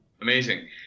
Amazing